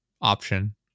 option